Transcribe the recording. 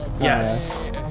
Yes